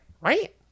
right